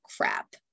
crap